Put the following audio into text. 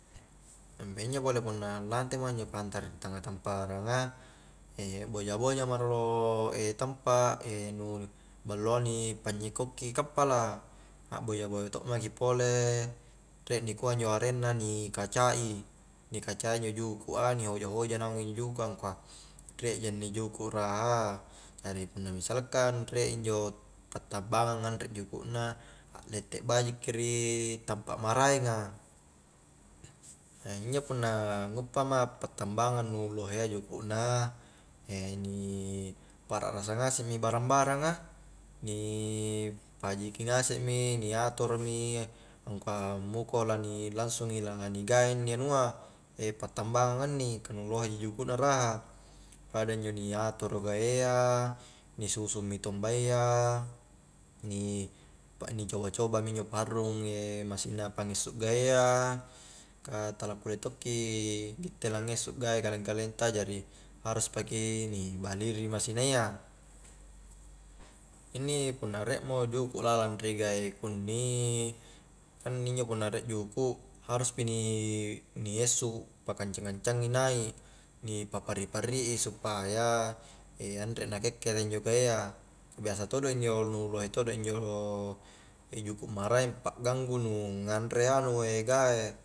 Nampa injo pole punna lantema injo pantara ri tangnga tamparanga boja-boja ma rolo tampa nu balloa ni panyekkoki kappala akboja-boja to'maki pole riek nikua injo arengna ni kaca'i, ni kacai injo juku' a ni hoja-hoja i naung injo juku a, angkua riekji inni juku' raha jari punna misalkan riek injo pa'tambangang anre juku' na alette bajiki ri tampa maraenga injo punna nguppa ma pa'tambangang nu lohe juku' na ni parakrasa ngasek mi barang-baranga, ni pahajiki asekmi, ni atoro mi angkua muko la ni langsungi la ni gae inni pa'tambangang a inni ka nu lohe ji juku'na raha, pada injo ni atoro gae a ni susung mi tombayya ni pa ni coba-coba mi injo paharrung masina pangisok gae a, ka tala kulle tokki gitte la ngessu gae kaleng-kaleng ta jari harus paki ni bali ri masinayya inni punna riek mo juku' lalang ri gae ku inni, kang injo punna riek juku' harus pi ni hessu, pa kancang-kancangi naik, ni pa parri-parri i supaya anre nakekkere injo gae a, ka biasa todo injo nu lohe todo injo juku' maraeng pa ganggunu nganre anu gae